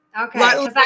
Okay